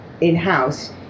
in-house